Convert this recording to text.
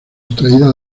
extraída